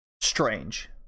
strange